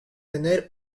tener